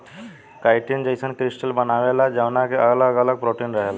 chitin जईसन crystal बनावेला जवना के अगल अगल प्रोटीन रहेला